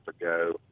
ago